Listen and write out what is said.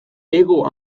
hego